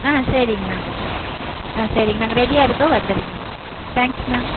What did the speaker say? ஆ சரிங்கண்ணா ஆ சரிங்க நாங்கள் ரெடியாக இருக்கோம் வந்திருங்க தேங்க்ஸ்ண்ணா